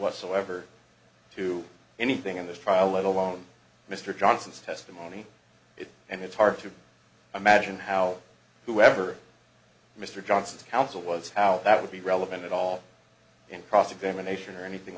whatsoever to anything in this trial let alone mr johnson's testimony it and it's hard to imagine how whoever mr johnson's counsel was how that would be relevant at all in cross examination or anything